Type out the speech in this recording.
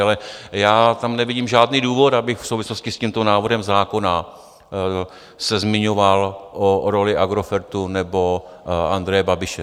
Ale já tam nevidím žádný důvod, abych v souvislosti s tímto návrhem zákona se zmiňoval o roli Agrofertu nebo Andreje Babiše.